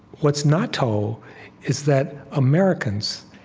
what's not told is that americans,